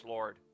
Lord